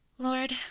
Lord